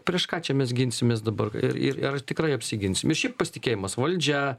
prieš ką čia mes ginsimės dabar ir ir ar tikrai apsiginsim ir šiaip pasitikėjimas valdžia